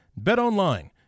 BetOnline